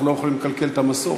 אנחנו לא יכולים לקלקל את המסורת.